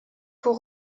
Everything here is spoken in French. pour